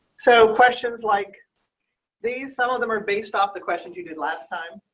so questions like these. some of them are based off the questions you did last time.